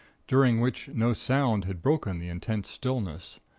during which no sound had broken the intense stillness.